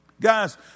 Guys